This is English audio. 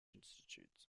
institutes